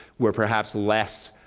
we're perhaps less.